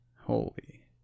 Holy